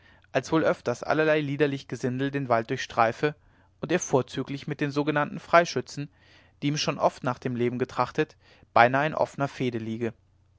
als wohl öfters allerlei liederlich gesindel den wald durchstreife und er vorzüglich mit den sogenannten freischützen die ihm schon oft nach dem leben getrachtet beinahe in offner